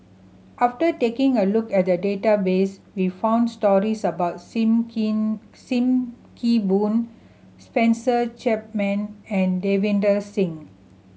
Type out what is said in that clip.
after taking a look at the database we found stories about Sim Keen Sim Kee Boon Spencer Chapman and Davinder Singh